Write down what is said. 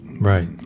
Right